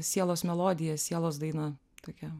sielos melodija sielos daina tokia